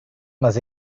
mas